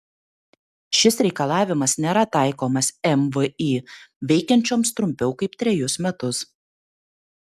šis reikalavimas nėra taikomas mvį veikiančioms trumpiau kaip trejus metus